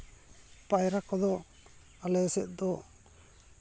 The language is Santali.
ᱯᱟᱭᱨᱟ ᱠᱚᱫᱚ ᱟᱞᱮ ᱥᱮᱫ ᱫᱚ